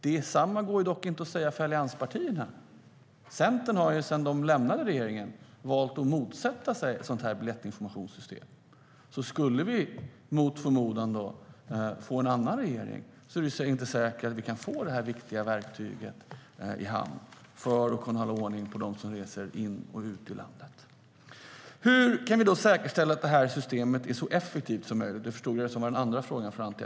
Detsamma kan dock inte sägas om allianspartierna. Centern har efter regeringsskiftet valt att motsätta sig ett biljettinformationssystem. Om vi mot förmodan skulle få en annan regering är det inte säkert att vi kan få detta viktiga verktyg i hamn för att kunna hålla ordning på dem som reser in och ut ur landet. Hur kan vi då säkerställa att systemet blir så effektivt som möjligt? Som jag förstod det var detta Anti Avsans andra fråga.